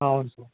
అవును సార్